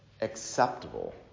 acceptable